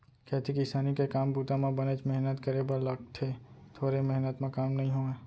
खेती किसानी के काम बूता म बनेच मेहनत करे बर लागथे थोरे मेहनत म काम ह नइ होवय